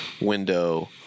window